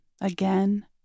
again